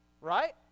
Right